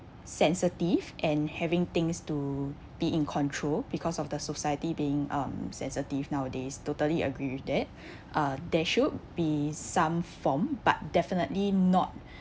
sensitive and having things to be in control because of the society being um sensitive nowadays totally agree with that uh there should be some form but definitely not